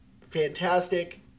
fantastic